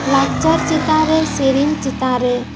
ᱞᱟᱠᱪᱟᱨ ᱪᱮᱛᱟᱱ ᱨᱮ ᱥᱮᱨᱮᱧ ᱪᱮᱛᱟᱱ ᱨᱮ